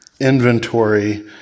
inventory